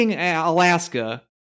Alaska